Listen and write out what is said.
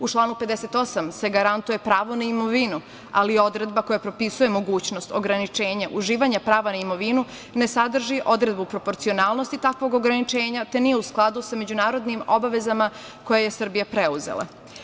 U članu 58. se garantuje pravo na imovinu, ali odredba koja propisuje mogućnost ograničenja uživanja prava na imovinu ne sadrži odredbu proporcionalnosti takvog ograničenja, te nije u skladu sa međunarodnim obavezama koje je Srbija preuzela.